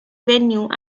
venue